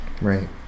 right